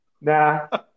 Nah